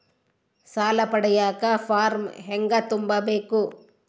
ಸಾಲ ಪಡಿಯಕ ಫಾರಂ ಹೆಂಗ ತುಂಬಬೇಕು?